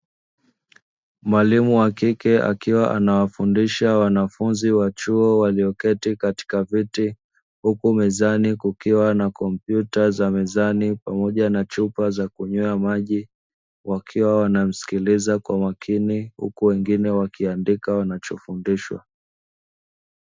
Mwalimu wa kike akiwa anawafundisha wanafunzi wa chuo walioketi katika viti, huku mezani kukiwa na kompyuta za mezani pamoja na chupa za kunywea maji, wakiwa wanamsikiliza kwa makini huku wengine wakiandika wanachofundishwa.